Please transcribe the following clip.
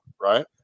right